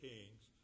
Kings